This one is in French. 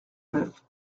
neuf